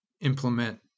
implement